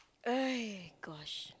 eh gosh